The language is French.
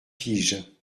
piges